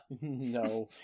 No